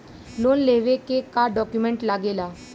Loan लेवे के का डॉक्यूमेंट लागेला?